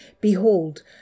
behold